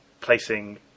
placing